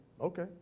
okay